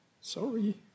Sorry